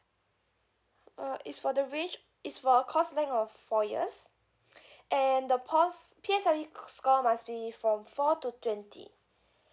uh it's for the range it's for a course length of four years and the post P_S_L_E c~ score must be from four to twenty